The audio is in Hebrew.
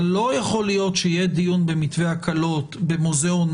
אבל לא יכול להיות שיהיה דיון במתווה הקלות במוזיאונים